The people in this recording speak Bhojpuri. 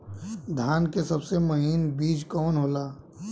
धान के सबसे महीन बिज कवन होला?